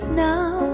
now